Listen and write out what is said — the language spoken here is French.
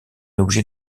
objet